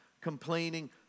complaining